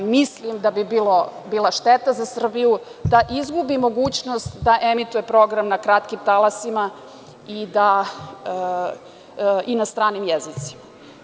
Mislim da bi bila šteta za Srbiju da izgubi mogućnost da emituje program na kratkim talasima i na stranim jezicima.